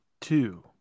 two